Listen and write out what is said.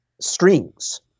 strings